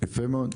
יפה מאוד.